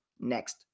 next